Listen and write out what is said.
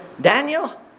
Daniel